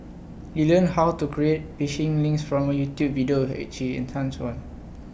he learned how to create phishing links from A YouTube video which he one